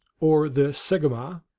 or the sogmo,